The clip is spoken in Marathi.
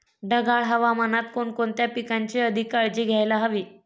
ढगाळ हवामानात कोणकोणत्या पिकांची अधिक काळजी घ्यायला हवी?